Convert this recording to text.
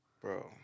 Bro